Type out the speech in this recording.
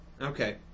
Okay